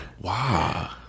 Wow